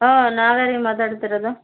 ಹಾಂ ನಾವೇ ರೀ ಮಾತಾಡ್ತಿರೋದು